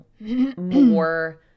more